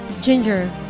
Ginger